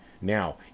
Now